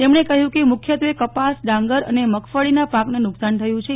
તેમણે કહ્યું કે મુક્યત્વે કપાસ ડાંગર અને મગફળીના પાકને નુકસાન થયું છે